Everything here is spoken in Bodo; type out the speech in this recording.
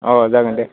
अ जागोन दे